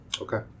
Okay